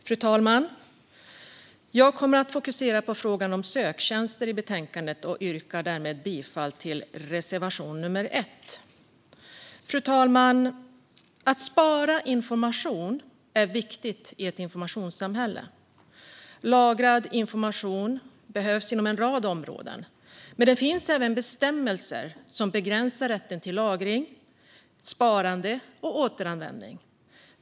Fru talman! Jag kommer att fokusera på frågan om söktjänster i betänkandet. Jag yrkar bifall till reservation nummer 1. Fru talman! Att spara information är viktigt i ett informationssamhälle. Lagrad information behövs inom en rad områden. Men det finns även bestämmelser som begränsar rätten till lagring, sparande och återanvändning.